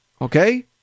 Okay